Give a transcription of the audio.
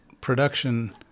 production